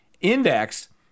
index